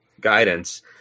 guidance